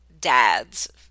dads